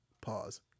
pause